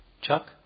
Chuck